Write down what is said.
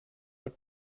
but